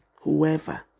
whoever